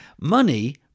money